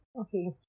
Okay